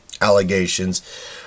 allegations